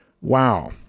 Wow